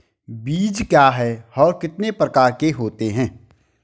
बीज क्या है और कितने प्रकार के होते हैं?